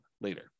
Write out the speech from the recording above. later